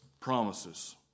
promises